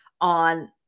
on